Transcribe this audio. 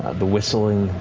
the whistling,